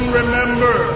remember